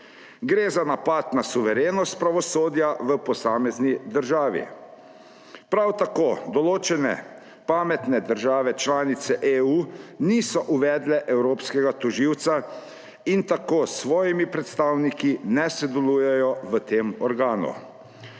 Gre za napad na suverenost pravosodja v posamezni državi. Prav tako določene pametne države članice EU niso uvedle evropskega tožilca in tako s svojimi predstavniki ne sodelujejo v tem organu.